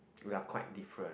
we are quite different